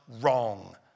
wrong